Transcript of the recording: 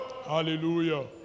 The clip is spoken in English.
Hallelujah